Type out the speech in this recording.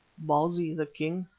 bausi, the king,